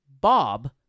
Bob